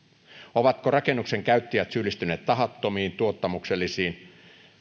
ovatko rakennuksen käyttäjät syyllistyneet tahattomiin tuottamuksellisiin